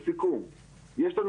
אני רוצה לציין כמה